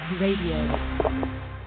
Radio